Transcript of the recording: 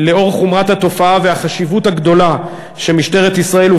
לאור חומרת התופעה והחשיבות הגדולה שמשטרת ישראל,